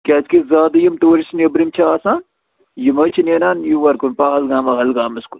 کیٛازکہِ زیادٕ یِم ٹوٗرِسٹ نیٚبرِم چھِ آسان یِم حظ چھِ نیران یور کُن پہلگام واہلگامَس کُن